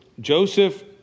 Joseph